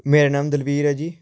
ਮੇਰਾ ਨਾਮ ਦਲਬੀਰ ਹੈ ਜੀ